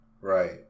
Right